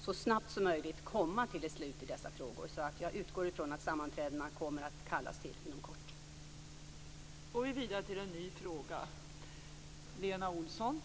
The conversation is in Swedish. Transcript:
så snabb som möjligt skall komma till beslut i dessa frågor. Så jag utgår från att det kommer att kallas till sammanträden inom kort.